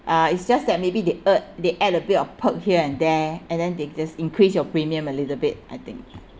uh it's just that maybe they ea~ they add a bit of perk here and there and then they just increase your premium a little bit I think